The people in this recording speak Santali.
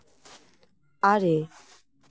ᱟᱨᱮ